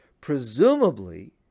Presumably